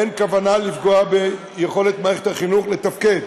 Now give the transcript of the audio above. אין כוונה לפגוע ביכולת מערכת החינוך לתפקד,